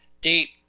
Deep